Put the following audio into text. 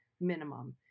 minimum